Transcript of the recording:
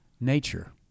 nature